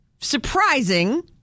surprising